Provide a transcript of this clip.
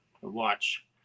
watch